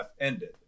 ended